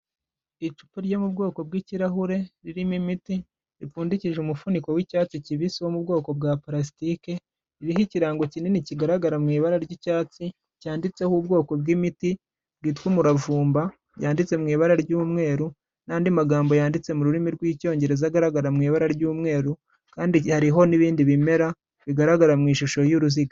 Icupa ryo mu bwoko bw'ikirahure ririmo imiti, ripfundikije umufuniko w'icyatsi kibisi wo mu bwoko bwa parasitike, ririho ikirango kinini kigaragara mu ibara ry'icyatsi, cyanditseho ubwoko bw'imiti bwitwa umuravumba, byanditse mu ibara ry'umweru n'andi magambo yanditse mu rurimi rw'icyongereza agaragara mu ibara ry'umweru kandi hariho n'ibindi bimera bigaragara mu ishusho y'uruziga.